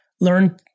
Learn